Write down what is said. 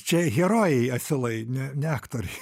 čia herojai asilai ne ne aktoriai